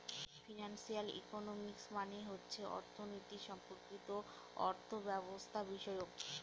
financial economics মানে হচ্ছে অর্থনীতি সম্পর্কিত অর্থব্যবস্থাবিষয়ক